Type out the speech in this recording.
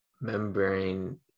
membrane